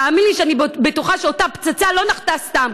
תאמין לי, אני בטוחה שאותה פצצה לא נחתה סתם.